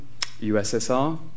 USSR